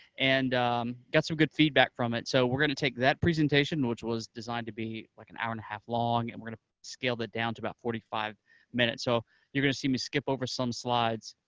and got some good feedback from it, so we're going to take that presentation, which was designed to be like an hour and a half long, and we're going to scale that down to about forty five minutes, so you're going to see me skip over some slides.